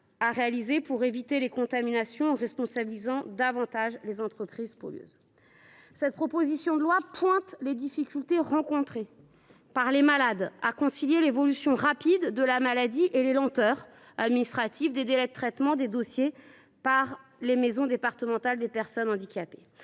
à effectuer pour éviter les contaminations en responsabilisant davantage les entreprises pollueuses. Cette proposition de loi pointe les difficultés rencontrées par les malades à concilier l’évolution rapide de la maladie et les lenteurs administratives des délais de traitement des dossiers par les maisons départementales des personnes handicapées.